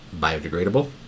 biodegradable